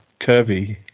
curvy